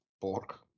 pork